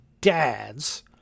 dads